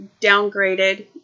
downgraded